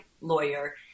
lawyer